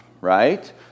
right